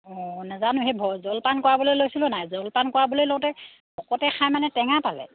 অঁ নাজানো সেই ভ জলপান কৰালৈ লৈছিলোঁ নাই জলপান কৰাবলৈ লওঁতে ভকতে খাই মানে টেঙা পালে